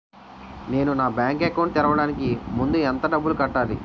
నేను నా bank account తెరవడానికి ముందు ఎంత డబ్బులు కట్టాలి?